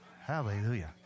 Hallelujah